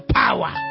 power